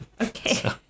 Okay